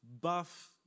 buff